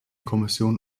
kommission